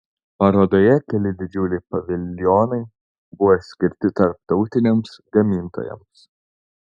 parodoje keli didžiuliai paviljonai buvo išskirti tarptautiniams gamintojams